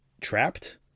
trapped